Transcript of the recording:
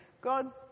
God